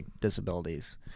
disabilities